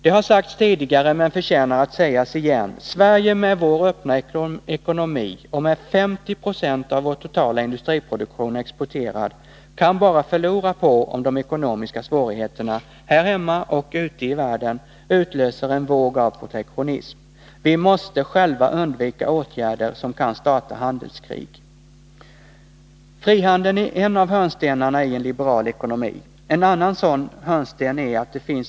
Det har sagts tidigare men förtjänar att sägas igen: Vi i Sverige med vår öppna ekonomi och med 50 96 av vår totala industriproduktion exporterad kan bara förlora på om de ekonomiska svårigheterna här hemma och ute i världen utlöser en våg av protektionism. Vi måste själva undvika åtgärder som kan starta handelskrig. Frihandeln är en av hörnstenarna i en liberal ekonomi.